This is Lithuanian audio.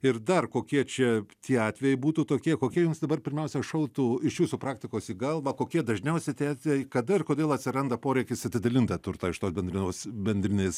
ir dar kokie čia tie atvejai būtų tokie kokie jums dabar pirmiausia šautų iš jūsų praktikos į galvą kokie dažniausiai tie atei kada ir kodėl atsiranda poreikis atidalint turtą iš tos bendrinamos bendrinės